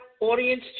audience